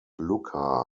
lucca